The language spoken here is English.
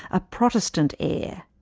a protestant heir.